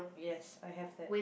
yes I have that